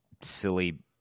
silly